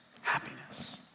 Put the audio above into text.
happiness